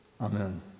Amen